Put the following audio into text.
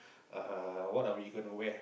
uh what are we gonna wear